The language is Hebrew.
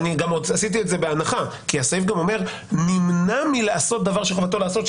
עשיתי את זה בהנחה כי הסעיף גם אומר "נמנע מלעשות דבר שחובתו לעשות",